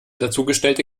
dazugestellte